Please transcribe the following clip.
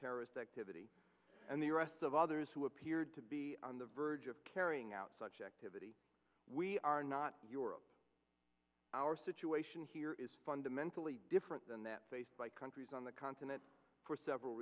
terrorist activity and the arrests of others who appeared to be on the verge of carrying out such activity we are not your world our situation here is fundamentally different than that faced by countries on the continent for several